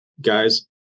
guys